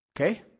Okay